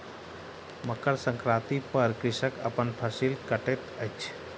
मकर संक्रांति पर कृषक अपन फसिल कटैत अछि